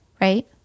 right